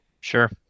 sure